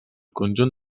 conjunt